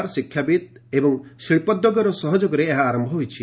ସରକାର ଶିକ୍ଷାବିତ୍ ଏବଂ ଶିଳ୍ପୋଦ୍ୟୋଗର ସହଯୋଗରେ ଏହା ଆରମ୍ଭ ହୋଇଛି